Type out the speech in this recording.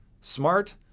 smart